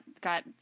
got